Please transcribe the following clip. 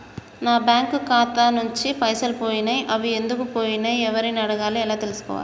నా బ్యాంకు ఖాతా నుంచి పైసలు పోయినయ్ అవి ఎందుకు పోయినయ్ ఎవరిని అడగాలి ఎలా తెలుసుకోవాలి?